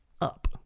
up